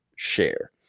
Share